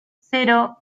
cero